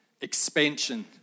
expansion